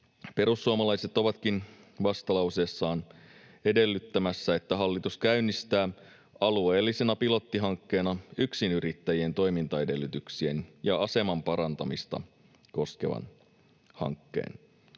Perussuomalaiset ovatkin vastalauseessaan edellyttämässä, että hallitus käynnistää alueellisena pilottihankkeena yksinyrittäjien toimintaedellytyksien ja aseman parantamista koskevan hankkeen.